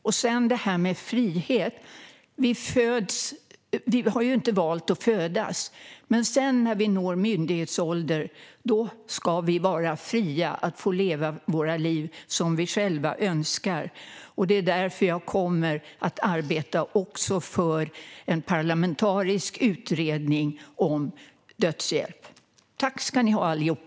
Sedan är det detta med frihet. Vi har inte valt att födas. Men när vi når myndighetsåldern ska vi vara fria att leva våra liv som vi själva önskar. Det är därför jag också kommer att arbeta för en parlamentarisk utredning om dödshjälp. Tack ska ni ha, allihop.